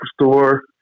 store